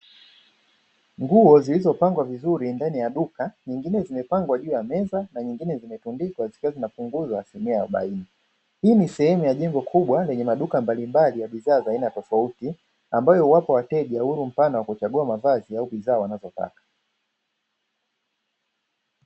Nguo zilizopangwa vizuri ndani ya duka nyingine zimepangwa juu ya meza na nyingine zimetundikwa zikiwa zinapunguzwa asilimia arobaini, hii ni sehemu ya jengo kubwa lenye maduka mbalimbali ya bidhaa za aina tofauti ambayo huwapa wateja uhuru wa kuchagua bidhaa wanazotaka.